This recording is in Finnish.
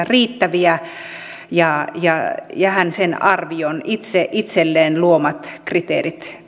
riittäviä ja hän itse arvioi täyttääkö hän itse itselleen luomat kriteerit